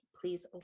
please